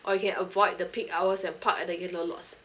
or you can avoid the peak hours and park at the yellow lots